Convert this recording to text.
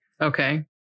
Okay